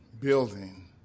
building